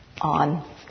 on